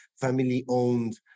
family-owned